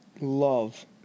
love